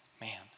man